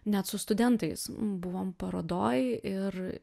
net su studentais buvom parodoj ir